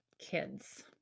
Kids